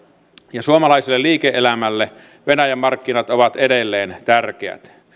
ja suomalaiselle liike elämälle venäjän markkinat ovat edelleen tärkeät